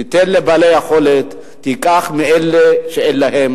תיתן לבעלי יכולת ותיקח מאלה שאין להם